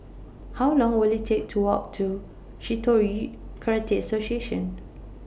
How Long Will IT Take to Walk to Shitoryu Karate Association